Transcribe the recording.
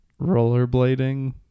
rollerblading